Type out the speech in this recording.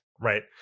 right